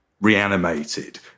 reanimated